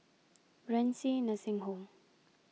Renci Nursing Home